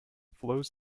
flows